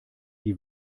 die